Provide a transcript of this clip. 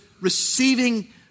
receiving